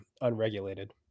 unregulated